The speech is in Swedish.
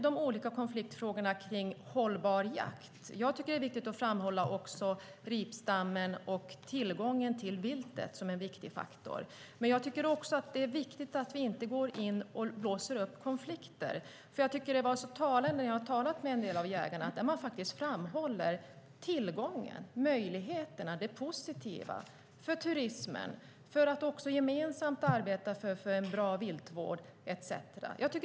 De olika konfliktfrågorna kring hållbar jakt: Jag tycker att det är viktigt att framhålla ripstammen och tillgången till viltet som en viktig faktor. Men jag tycker också att det är viktigt att inte gå in och blåsa upp konflikter. När jag talar med en del jägare framhåller de faktiskt tillgången, möjligheterna, det positiva, för turismen, för att också gemensamt arbeta för en bra viltvård etcetera.